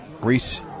Reese